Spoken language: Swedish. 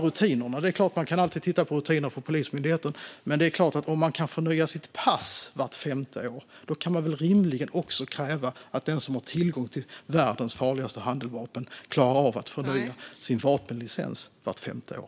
Man kan alltid titta på Polismyndighetens rutiner, men kan man förnya sitt pass vart femte år kan man rimligen kräva att den som har tillgång till världens farligaste handeldvapen klarar av att förnya sin vapenlicens vart femte år.